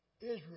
Israel